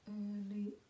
early